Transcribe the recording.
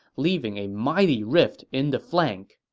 leaving a mighty rift in the flank